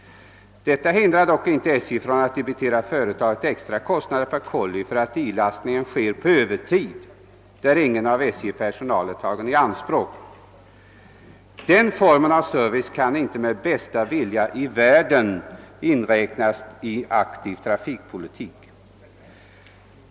Detta hindrar dock inte SJ från att debitera företaget extra kostnader per kolli för att ilastningen sker på övertid, trots att ingen av SJ:s personal tagits i anspråk. Den formen av service kan inte med bästa vilja i världen betraktas som aktiv trafikpolitik.